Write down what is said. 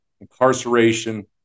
incarceration